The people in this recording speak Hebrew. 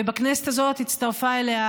ובכנסת הזאת הצטרפה אליה